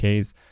Ks